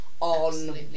on